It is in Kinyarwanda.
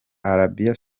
arabie